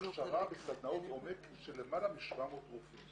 הכשרה בסדנאות עומק של למעלה מ-700 רופאים